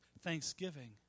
thanksgiving